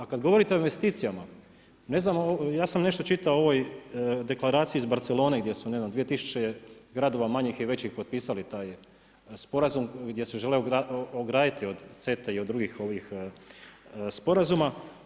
A kada govorite o investicijama, ne znam, ja sam nešto čitao o ovoj deklaraciji iz Barcelone gdje su na jedno 2000 gradova manjih i većih potpisali taj sporazum, gdje se žele ograditi od CETA-e i drugih ovih sporazuma.